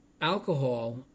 alcohol